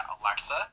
Alexa